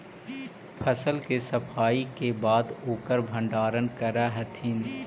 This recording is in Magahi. फसल के सफाई के बाद ओकर भण्डारण करऽ हथिन